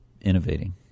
innovating